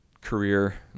career